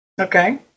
okay